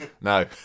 No